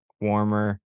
warmer